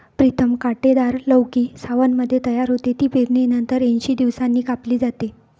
प्रीतम कांटेदार लौकी सावनमध्ये तयार होते, ती पेरणीनंतर ऐंशी दिवसांनी कापली जाते